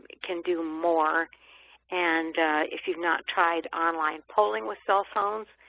can do more and if you've not tried online polling with cell phones,